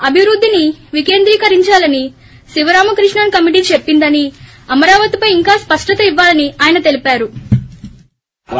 అభివృద్దిని వికేంద్రీకరించాలని శివరామకృష్ణన్ కమిటీ చెప్పిందని అమరావతిపై ఇంకా స్పష్టత ఇవ్వాలని ఆయన తెలిపారు